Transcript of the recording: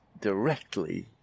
directly